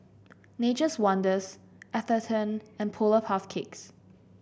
Nature's Wonders Atherton and Polar Puff Cakes